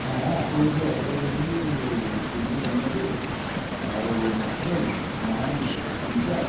ହଁ ଆପଣଙ୍କୁ ଯେଉଁ ଅର୍ଡ଼ର ଦେଇଥିଲି ଚିଲ୍ଲି ପନିର ଆଉ ମସ୍ରୁମ୍ ନାନ୍ ତିନିଟା